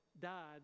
died